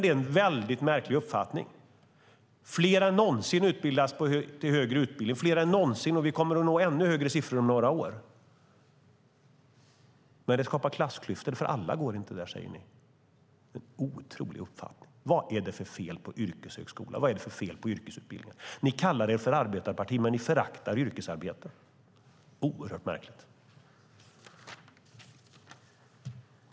Det är en väldigt märklig uppfattning. Fler än någonsin utbildas till högre utbildning, och vi kommer att nå ännu högre siffror om några år. Men ni säger att det skapar klassklyftor eftersom alla inte går där. Det är en otrolig uppfattning. Vad är det för fel på yrkeshögskolor och yrkesutbildningar? Ni kallar er för arbetarparti, men ni föraktar yrkesarbete. Det är oerhört märkligt.